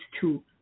two